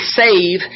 save